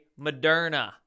Moderna